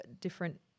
different